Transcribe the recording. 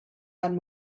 had